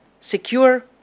secure